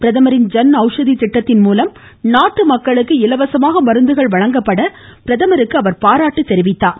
பிரதமரின் ஐன் அவுஷதி திட்டத்தின் மூலம் நாட்டு மக்களுக்கு இலவசமாக மருந்துகள் வழங்கப்படுவதற்கு பிரதமருக்கு அவர் பாராட்டு தெரிவித்தார்